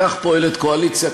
כך פועלת קואליציה,